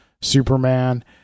Superman